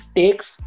takes